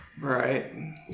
Right